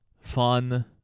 fun